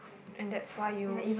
and that's why you